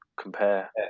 compare